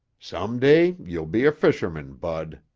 some day you'll be a fisherman, bud.